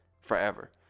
forever